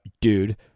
dude